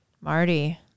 marty